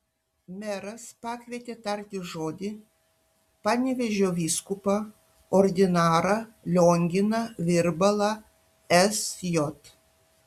meras pakvietė tarti žodį panevėžio vyskupą ordinarą lionginą virbalą sj